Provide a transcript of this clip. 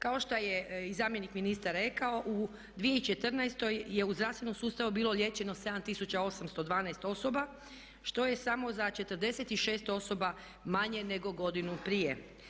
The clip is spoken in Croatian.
Kao što je i zamjenik ministra rekao u 2014. je u zdravstvenom sustavu bilo liječeno 7812 osoba što je samo za 46 osoba manje nego godinu prije.